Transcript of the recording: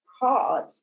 hard